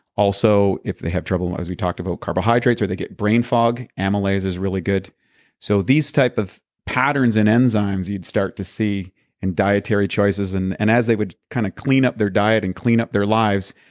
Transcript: also, if they have trouble as we talked about carbohydrates, or they get brain fog, amylase is really good so, these types of pattens and enzymes you'd start to see in dietary choices, and and as they would kinda kind of clean up their diet, and clean up their lives,